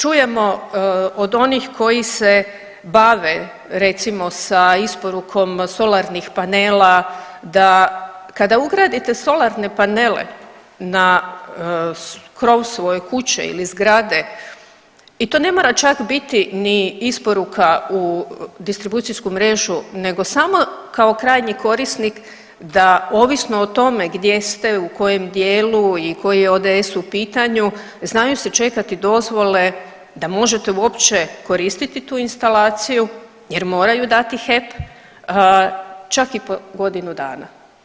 Čujemo od onih koji se bave recimo sa isporukom solarnih panela da kada ugradite solarne panele na krov svoje kuće ili zgrade i to ne mora čak biti ni isporuka u distribucijsku mrežu nego samo kao krajnji korisnik da ovisno o tome gdje ste, u kojem dijelu i koji je ODS u pitanju znaju se čekati dozvole da možete uopće koristiti tu instalaciju jer moraju dati HEP čak i po godinu dana.